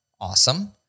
Awesome